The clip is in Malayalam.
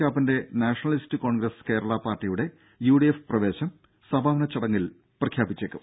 കാപ്പന്റെ നാഷണലിസ്റ്റ് കോൺഗ്രസ് കേരള പാർട്ടിയുടെ യു ഡി എഫ് പ്രവേശം സമാപന സമ്മേളത്തിൽ പ്രഖ്യാപിച്ചേക്കും